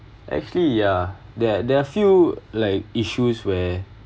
actually ya there there are few like issues where